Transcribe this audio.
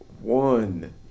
one